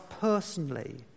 personally